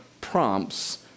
prompts